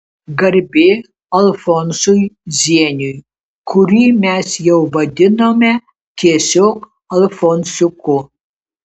garbė alfonsui zieniui kurį mes jau vadinome tiesiog alfonsiuku